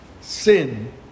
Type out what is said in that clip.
sin